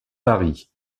paris